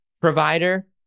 provider